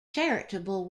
charitable